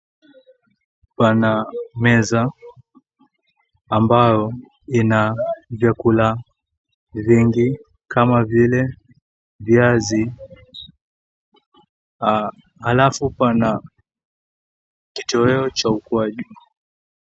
Pana meza ambayo ina vyakula vingi kama vile viazi. Halafu pana kitoweo cha ukwaju.